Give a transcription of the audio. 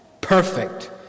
perfect